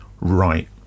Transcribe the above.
right